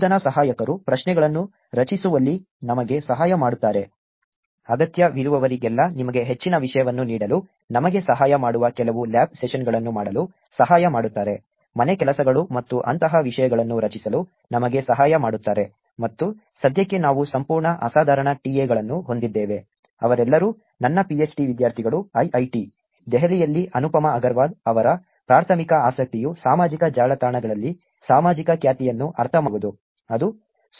ಬೋಧನಾ ಸಹಾಯಕರು ಪ್ರಶ್ನೆಗಳನ್ನು ರಚಿಸುವಲ್ಲಿ ನಮಗೆ ಸಹಾಯ ಮಾಡುತ್ತಾರೆ ಅಗತ್ಯವಿರುವಲ್ಲೆಲ್ಲಾ ನಿಮಗೆ ಹೆಚ್ಚಿನ ವಿಷಯವನ್ನು ನೀಡಲು ನಮಗೆ ಸಹಾಯ ಮಾಡುವ ಕೆಲವು ಲ್ಯಾಬ್ ಸೆಷನ್ಗಳನ್ನು ಮಾಡಲು ಸಹಾಯ ಮಾಡುತ್ತಾರೆ ಮನೆಕೆಲಸಗಳು ಮತ್ತು ಅಂತಹ ವಿಷಯಗಳನ್ನು ರಚಿಸಲು ನಮಗೆ ಸಹಾಯ ಮಾಡುತ್ತಾರೆ ಮತ್ತು ಸದ್ಯಕ್ಕೆ ನಾವು ಸಂಪೂರ್ಣ ಅಸಾಧಾರಣ TA ಗಳನ್ನು ಹೊಂದಿದ್ದೇವೆ ಅವರೆಲ್ಲರೂ ನನ್ನ ಪಿಎಚ್ಡಿ ವಿದ್ಯಾರ್ಥಿಗಳು ಐಐಐಟಿ ದೆಹಲಿಯಲ್ಲಿ ಅನುಪಮಾ ಅಗರ್ವಾಲ್ ಅವರ ಪ್ರಾಥಮಿಕ ಆಸಕ್ತಿಯು ಸಾಮಾಜಿಕ ಜಾಲತಾಣಗಳಲ್ಲಿ ಸಾಮಾಜಿಕ ಖ್ಯಾತಿಯನ್ನು ಅರ್ಥಮಾಡಿಕೊಳ್ಳುವುದು